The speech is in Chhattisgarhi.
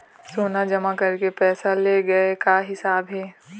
सोना जमा करके पैसा ले गए का हिसाब हे?